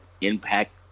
Impact